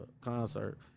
concert